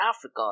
Africa